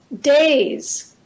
days